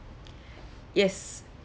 yes